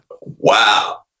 Wow